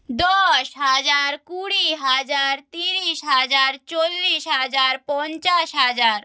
দশ হাজার কুড়ি হাজার তিরিশ হাজার চল্লিশ হাজার পঞ্চাশ হাজার